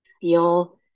feel